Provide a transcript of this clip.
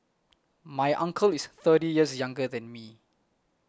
my uncle is thirty years younger than me